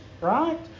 Right